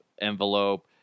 envelope